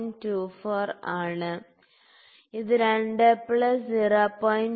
24 ആണ് ഇത് 2 പ്ലസ് 0